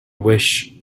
wish